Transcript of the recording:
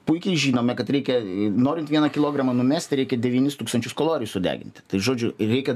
puikiai žinome kad reikia norint vieną kilogramą numesti reikia devynis tūkstančius kalorijų sudeginti tai žodžiu reikia